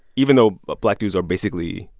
even though black dudes are, basically,